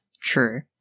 True